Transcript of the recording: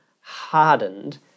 hardened